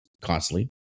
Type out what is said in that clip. constantly